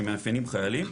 שמאפיינים חיילים.